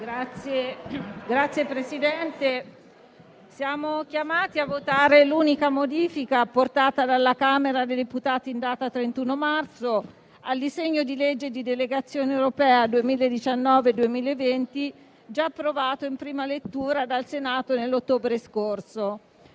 Signor Presidente, siamo chiamati a votare l'unica modifica apportata dalla Camera dei deputati in data 31 marzo al disegno di legge di delegazione europea 2019-2020, già approvato in prima lettura dal Senato nell'ottobre scorso;